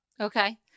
Okay